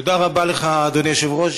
תודה רבה לך, אדוני היושב-ראש.